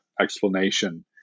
explanation